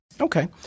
Okay